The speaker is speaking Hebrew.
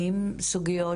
סוגיות,